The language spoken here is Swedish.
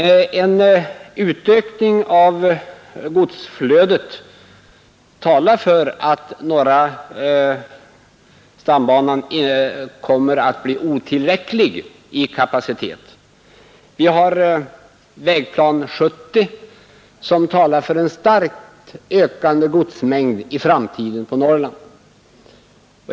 En ökning av godsflödet talar för att norra stambanan kommer att bli otillräcklig i kapacitetshänseende. Vi har Vägplan 70 som talar för en starkt ökande godsmängd i framtiden för Norrlands del.